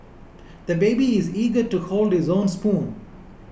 the baby is eager to hold his own spoon